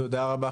תודה רבה,